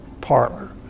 parlor